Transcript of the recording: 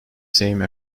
same